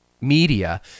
media